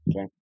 Okay